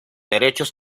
derechos